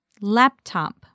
Laptop